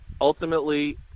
ultimately